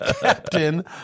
captain